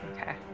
Okay